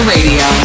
Radio